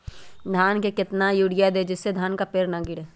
धान में कितना यूरिया दे जिससे धान का पेड़ ना गिरे?